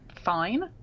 fine